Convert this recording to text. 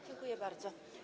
Dziękuję bardzo.